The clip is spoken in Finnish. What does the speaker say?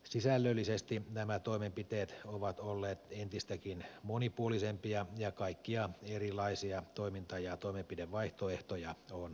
sisällöllisesti nämä toimenpiteet ovat olleet entistäkin monipuolisempia ja kaikkia erilaisia toiminta ja toimenpidevaihtoehtoja on käytetty